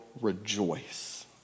rejoice